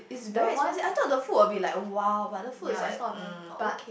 the one ya it's not very but